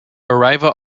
arriva